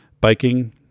biking